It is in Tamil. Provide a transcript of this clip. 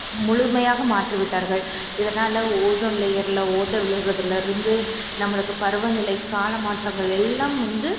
முழுமையாக மாற்றி விட்டார்கள் இதனால் ஓசோன் லேயர்ல ஓட்டை விழுறதுல இருந்து நம்மளுக்கு பருவநிலை கால மாற்றங்கள் எல்லாம் வந்து